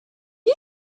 you